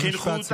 עוד משפט סיכום.